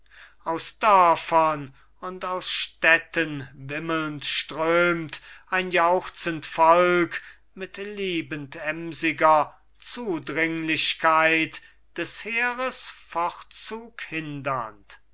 aus dörfern und aus städten wimmelnd strömt ein jauchzend volk mit liebend emsiger zudringlichkeit des heeres fortzug hindernd